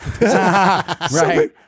Right